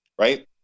right